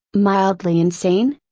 mildly insane?